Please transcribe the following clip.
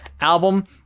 album